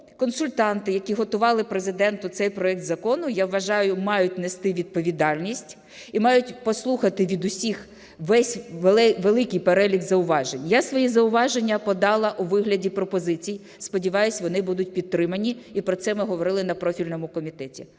консультанти, які готували Президенту цей проект закону, я вважаю, мають нести відповідальність і мають послухати від усіх увесь великий перелік зауважень. Я свої зауваження подала у вигляді пропозицій. Сподіваюсь, вони будуть підтримані, і про це ми говорили на профільному комітеті.